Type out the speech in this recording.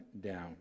down